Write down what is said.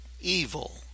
evil